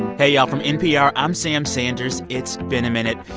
hey, y'all. from npr, i'm sam sanders. it's been a minute.